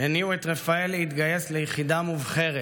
הניעו את רפאל להתגייס ליחידה מובחרת,